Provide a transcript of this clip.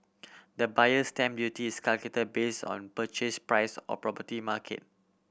the Buyer's Stamp Duty is calculated based on purchase price or property market